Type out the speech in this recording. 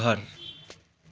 घर